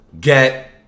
get